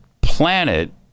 planet